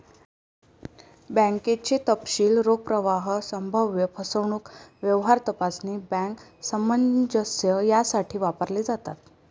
बँकेचे तपशील रोख प्रवाह, संभाव्य फसवणूक, व्यवहार तपासणी, बँक सामंजस्य यासाठी वापरले जातात